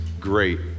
great